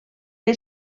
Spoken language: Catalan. que